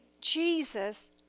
Jesus